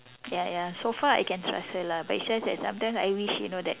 ya ya so far I can trust her lah but it's just that sometimes I wish you know that